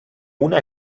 una